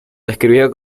describió